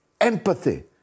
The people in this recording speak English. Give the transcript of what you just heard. empathy